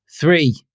Three